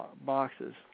boxes